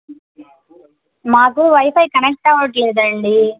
మాకు wifi connect అవ్వడంలేదు అండి